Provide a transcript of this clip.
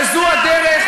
וזו הדרך.